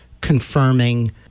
confirming